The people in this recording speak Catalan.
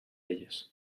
elles